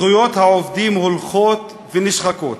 זכויות העובדים הולכות ונשחקות,